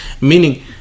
meaning